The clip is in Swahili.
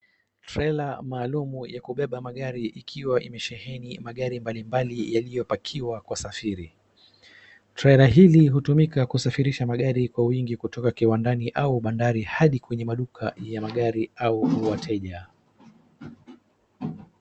Trela maalum ya kubeba magari ikiwa imesheheni magari mbalimbali yaliyo pakiwa kusafiri. Trela hili hutumika kusafirisha magari kwa wingi kutoka kiwandani au mandhari hadi maduka ya magari au wateja.